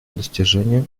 достижению